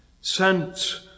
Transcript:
sent